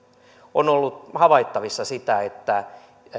on ollut havaittavissa sitä että